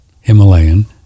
Himalayan